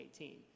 2018